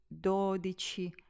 dodici